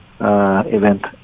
event